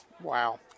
Wow